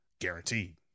guaranteed